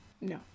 No